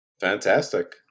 Fantastic